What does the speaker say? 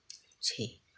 छी